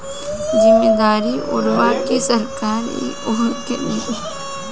जमीदारी ओरवा के सरकार इ ओर में ढेरे काम कईले बिया